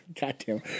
Goddamn